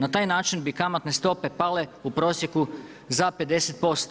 Na taj način bi kamatne stope pale u prosjeku za 50%